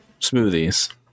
Smoothies